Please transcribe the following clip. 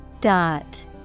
Dot